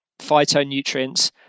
phytonutrients